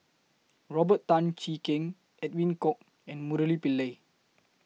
Robert Tan Jee Keng Edwin Koek and Murali Pillai